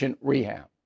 rehab